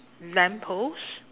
lamppost